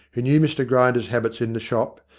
he knew mr grinder's habits in the shop,